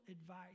advice